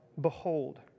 behold